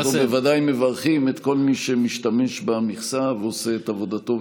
אנחנו בוודאי מברכים את כל מי שמשתמש במכסה ועושה את עבודתו,